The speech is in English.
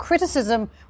criticism